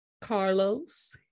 Carlos